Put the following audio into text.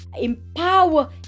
empower